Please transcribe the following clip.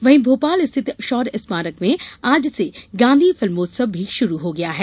वहीं भोपाल स्थित शौर्य स्मारक में आज से गांधी फिल्मोत्सव भी शुरू हो गया है